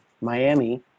Miami